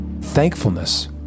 Thankfulness